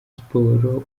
siporo